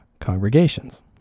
congregations